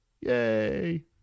Yay